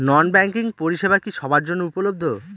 নন banking পরিষেবা কি সবার জন্য উপলব্ধ?